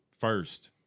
First